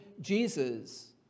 Jesus